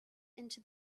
into